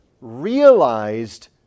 realized